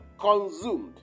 consumed